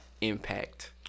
impact